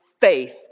faith